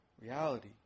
reality